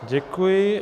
Děkuji.